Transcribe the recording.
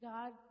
God